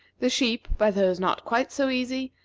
the sheep by those not quite so easy,